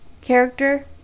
character